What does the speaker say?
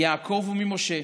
מי יעקב ומי משה,